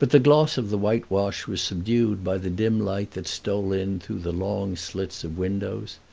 but the gloss of the whitewash was subdued by the dim light that stole in through the long slits of windows.